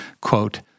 quote